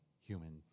human